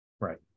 Right